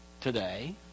today